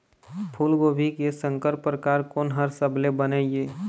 फूलगोभी के संकर परकार कोन हर सबले बने ये?